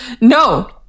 no